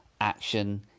action